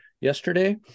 yesterday